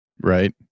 Right